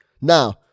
Now